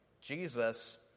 Jesus